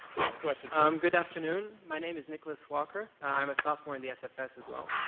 next question um good afternoon. my name is nicholas walker. i'm a sophomore in the sfs as well.